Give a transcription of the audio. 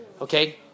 Okay